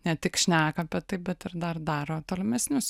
ne tik šneka apie tai bet ir dar daro tolimesnius